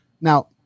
Now